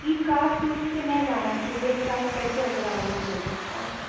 ई caste उस्ट पे नहि रहना छै जे भी काज करतै ओकरा वोट मिलतै आओर की